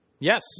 Yes